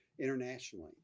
internationally